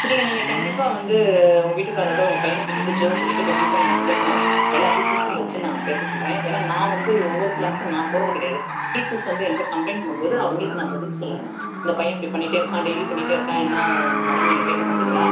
இல்லை நீங்கள் கண்டிப்பாக வந்து உங்கள் வீட்டுக்காரோடு உங்கள் பையனை கூட்டிட்டு ஜோவை கூட்டிட்டு கண்டிப்பாக நீங்கள் வந்திருக்கணும் எல்லா டீச்சர்ஸையும் வைச்சி நான் பேச சொல்கிறேன் ஏன்னா நான் வந்து ஒவ்வாரு கிளாஸுக்கும் நான் போவது கிடையாது டீச்சர்ஸ் வந்து என்ட்ட கம்ப்ளைண்ட் பண்ணும்போது அவங்களுக்கு நான் பதில் சொல்லணும் இந்த பையன் இப்படி பண்ணிட்டே இருக்கான் டெய்லி பண்ணிட்டே இருக்கான் என்ன மேடம் நீங்கள் கேட்க மாட்டீங்களா